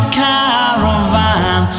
caravan